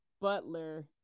Butler